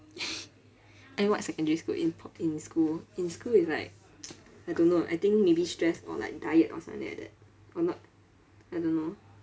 eh what secondary school in po~ in school in school is like I don't know I think maybe stress or like diet or something like that or not I don't know